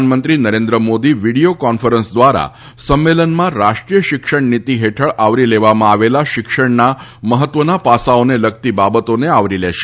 પ્રધાનમંત્રી Narendra Modi video conference દ્વારા સંમેલનમાં રાષ્ટ્રીય શિક્ષણ નીતિ હેઠળ આવરી લેવામાં આવેલા શિક્ષણના મહત્ત્વના પાસાઓને લગતી બાબતોને આવરી લેશે